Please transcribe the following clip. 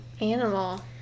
animal